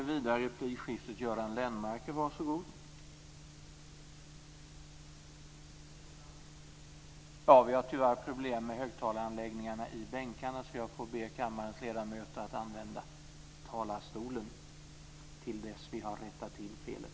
Vi har tyvärr problem med högtalaranläggningarna i bänkarna, så jag ber kammarens ledamöter att använda talarstolen till dess att vi har rättat till felet.